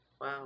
Wow